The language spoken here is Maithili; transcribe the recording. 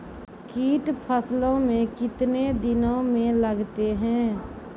कीट फसलों मे कितने दिनों मे लगते हैं?